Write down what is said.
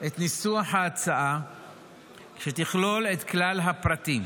את ניסוח ההצעה כדי שתכלול את כלל הפרטים.